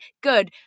good